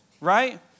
right